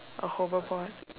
a hoverboard